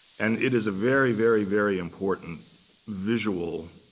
and it is a very, very, very important visual,